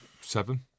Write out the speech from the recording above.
Seven